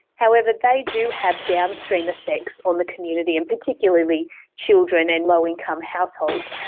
however, they do have downstream effects on the community, and particularly children in low income households.